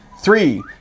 Three